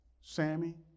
Sammy